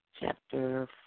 chapter